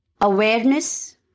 Awareness